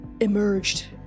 emerged